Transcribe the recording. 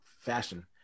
fashion